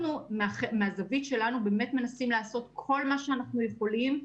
אנחנו מהזווית שלנו באמת מנסים לעשות כל מה שאנחנו יכולים,